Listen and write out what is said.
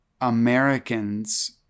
Americans